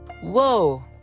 whoa